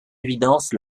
évidence